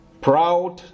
proud